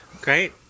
Great